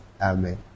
amen